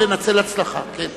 אני בטוח שהוא שומע,